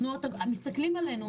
התנועות מסתכלים עלינו,